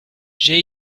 j’ai